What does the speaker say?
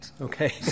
Okay